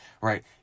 right